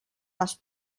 les